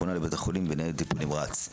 הוא פונה לבית החולים בניידת טיפול נמרץ.